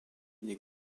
des